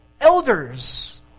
elders